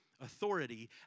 authority